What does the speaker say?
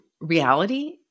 reality